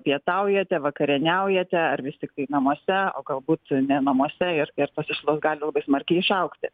pietaujate vakarieniaujate ar vis tiktai namuose o galbūt ne namuose ir ir tos išlaidos gali labai smarkiai išaugti